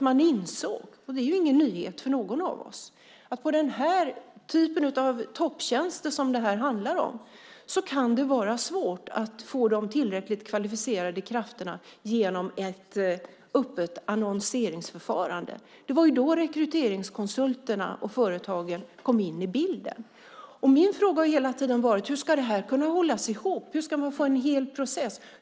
Man insåg - och det är ingen nyhet för någon av oss - att på den typ av topptjänster som detta handlar om kan det vara svårt att få de tillräckligt kvalificerade krafterna genom ett öppet annonseringsförfarande. Det var då rekryteringskonsulterna och företagen kom in i bilden. Min fråga har hela tiden varit: Hur ska detta kunna hållas ihop så att det blir en hel process?